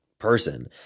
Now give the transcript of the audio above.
person